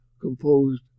composed